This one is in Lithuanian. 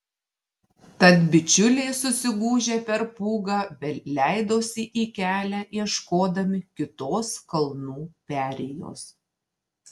tad bičiuliai susigūžę per pūgą vėl leidosi į kelią ieškodami kitos kalnų perėjos